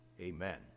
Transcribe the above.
Amen